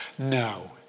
No